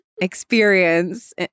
experience